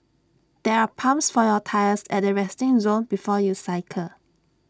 there are pumps for your tyres at the resting zone before you cycle